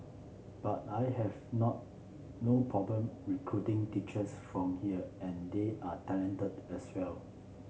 but I have not no problem recruiting teachers from here and they are talented as well